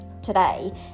today